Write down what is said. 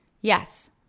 Yes